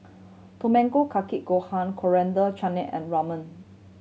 Tamago Kake Gohan Coriander Chutney and Ramen